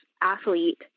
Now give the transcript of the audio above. athlete